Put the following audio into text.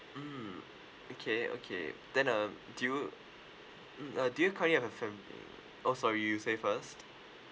mm okay okay then um do you mm uh do you currently have a family oh sorry you say first